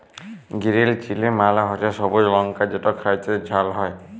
গিরিল chilli মালে হছে সবুজ লংকা যেট খ্যাইতে ঝাল হ্যয়